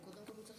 קודם אתה צריך